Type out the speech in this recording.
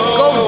go